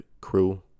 Crew